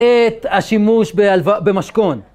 את השימוש במשכון.